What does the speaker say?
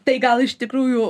tai gal iš tikrųjų